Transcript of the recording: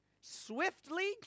swiftly